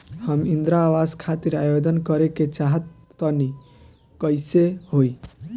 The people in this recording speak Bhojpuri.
हम इंद्रा आवास खातिर आवेदन करे क चाहऽ तनि कइसे होई?